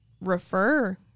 refer